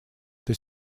эта